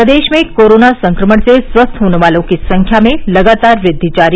प्रदेश में कोरोना संक्रमण से स्वस्थ होने वालों की संख्या में लगातार वृद्धि जारी